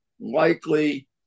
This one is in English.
likely